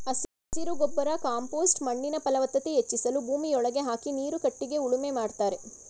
ಹಸಿರು ಗೊಬ್ಬರ ಕಾಂಪೋಸ್ಟ್ ಮಣ್ಣಿನ ಫಲವತ್ತತೆ ಹೆಚ್ಚಿಸಲು ಭೂಮಿಯೊಳಗೆ ಹಾಕಿ ನೀರು ಕಟ್ಟಿಗೆ ಉಳುಮೆ ಮಾಡ್ತರೆ